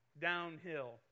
downhill